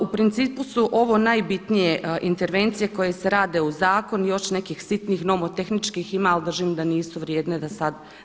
U principu su ovo najbitnije intervencije koje se rade u zakonu i još nekih sitnih nomotehničkih ima ali držim da nisu vrijedne da sad.